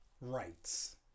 rights